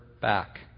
back